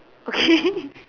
okay